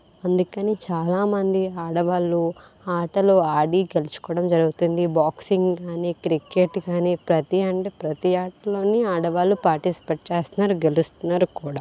అందుకనే చాలా మంది ఆడవాళ్లు ఆటలు ఆడి గెలిచుకోవడం జరుగుతుంది బాక్సింగ్ కానీ క్రికెట్ కానీ ప్రతి అంటే ప్రతి ఆటలోని ఆడవాళ్లు పాటిస్పేట్ చేస్తున్నారు గెలుస్తున్నారు కూడా